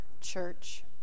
church